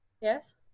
Yes